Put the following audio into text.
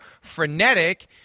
frenetic